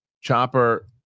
Chopper